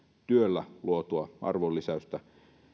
työllä luotua arvonlisäystä